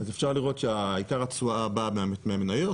אז אפשר לראות שעיקר התשואה באה מהמניות.